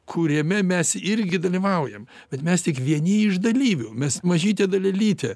kuriame mes irgi dalyvaujam bet mes tik vieni iš dalyvių mes mažytė dalelytė